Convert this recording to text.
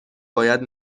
باید